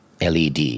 LED